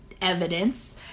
evidence